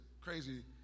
crazy